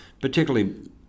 particularly